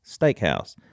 Steakhouse